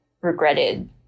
regretted